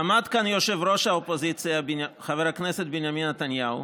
עמד כאן ראש האופוזיציה חבר הכנסת בנימין נתניהו